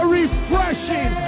refreshing